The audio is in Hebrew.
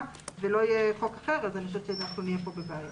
ולא יהיה חוק אחר אנחנו נהיה בבעיה.